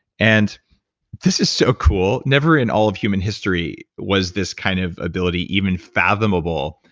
and this is so cool. never in all of human history was this kind of ability even fathomable.